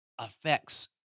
Affects